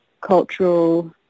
cultural